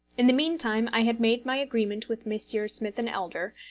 in the meantime i had made my agreement with messrs. smith and elder,